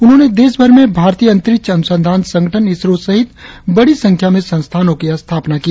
उन्होंने देशभर में भारतीय अंतरिक्ष अनुसंधान संगठन इसरो सहित बड़ी संख्या में संस्थानों की स्थापना की